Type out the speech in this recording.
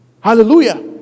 Hallelujah